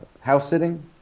house-sitting